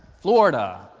florida,